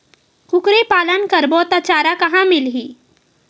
कुकरी पालन करबो त चारा कहां मिलही?